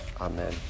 Amen